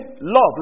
love